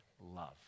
love